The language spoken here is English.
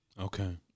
okay